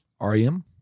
REM